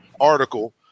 article